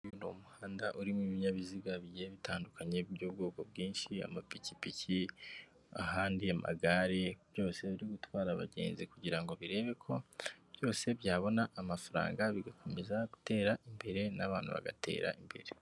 Ni umuhanda urimo ibininyabiziga bigiye bitandukanye by'ubwoko bwinshi, amapikipiki, ahandi amagare, byose biri gutwara abagenzi, kugirango birebe ko byose byabona amafaranga bigakomeza gutera imbere, n'abantu bagatera imbere.